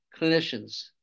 clinicians